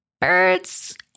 Birds